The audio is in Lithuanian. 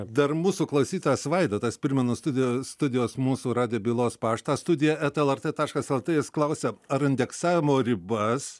dar mūsų klausytojas vaidotas primenu studijos studijos mūsų radijo bylos paštą studija eta lrt taškas lt jis klausia ar indeksavimo ribas